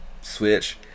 Switch